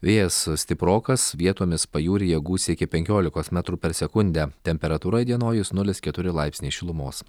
vėjas stiprokas vietomis pajūryje gūsiai iki penkiolikos metrų per sekundę temperatūra įdienojus nulis keturi laipsniai šilumos